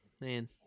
Man